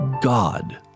God